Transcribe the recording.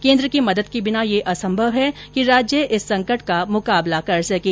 केन्द्र की मदद के बिना यह असंभव है कि राज्य इस संकट का मुकाबला कर सकें